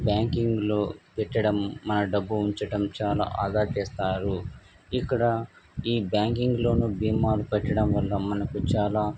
బ్యాంకింగ్లో పెట్టడం మన డబ్బు ఉంచటం చాలా ఆదా చేస్తారు ఇక్కడ ఈ బ్యాకింగ్లోనూ బీమాలు పెట్టడం వల్ల మనకు చాలా